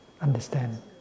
understand